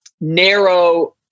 narrow